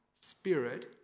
spirit